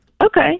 Okay